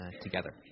together